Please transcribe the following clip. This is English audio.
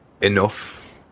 Enough